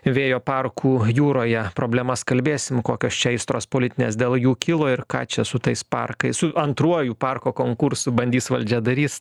vėjo parkų jūroje problemas kalbėsim kokios čia aistros politinės dėl jų kilo ir ką čia su tais parkais su antruoju parko konkursu bandys valdžia darys